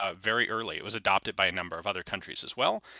ah very early. it was adopted by a number of other countries as well,